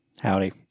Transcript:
Howdy